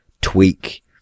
tweak